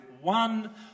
one